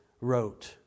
wrote